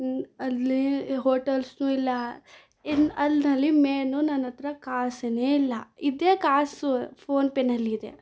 ಅಲ್ಲಿ ಹೋಟಲ್ಸು ಇಲ್ಲ ಇನ್ನು ಅಲ್ನಲ್ಲಿ ಮೇನು ನನ್ನ ಹತ್ರ ಕಾಸೇ ಇಲ್ಲ ಇದೆ ಕಾಸು ಫೋನ್ಪೇನಲ್ಲಿದೆ